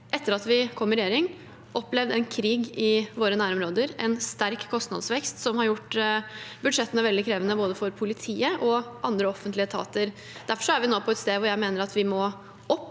Etter at vi kom i regjering, har vi opplevd en krig i våre nærområder og en sterk kostnadsvekst som har gjort budsjettene veldig krevende, både for politiet og for andre offentlige etater. Derfor er vi nå på et sted hvor jeg mener at vi må opp.